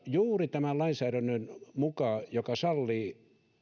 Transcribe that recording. juuri tämän lainsäädännön mukaan joka sallii